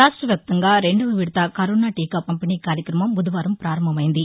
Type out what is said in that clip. రాష్లవ్యాప్తంగా రెండవ విడత కరోనా టీకా పంపిణి కార్యక్రమం బుధవారం పారంభమయ్యింది